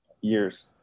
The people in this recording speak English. years